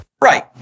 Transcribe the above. Right